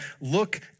look